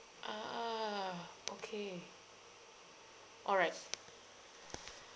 ah okay all right